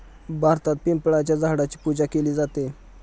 भारतात पिंपळाच्या झाडाची पूजा केली जाते